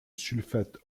sulfate